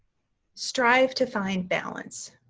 strive to find balance.